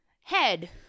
head